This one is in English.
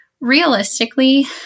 Realistically